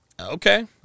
Okay